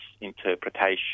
interpretation